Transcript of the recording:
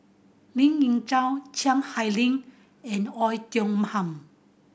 Lien Ying Chow Chiang Hai and Oei Tiong Ham